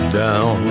down